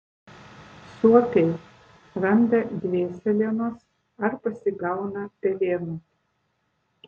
suopiai randa dvėselienos ar pasigauna pelėnų